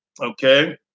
Okay